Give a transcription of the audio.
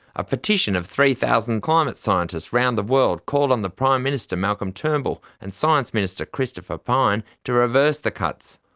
a petition of three thousand climate scientists around the world called on the prime minister malcolm turnbull and science minister christopher pyne to reverse the cuts.